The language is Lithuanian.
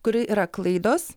kuri yra klaidos